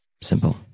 Simple